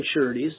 maturities